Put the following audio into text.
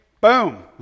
boom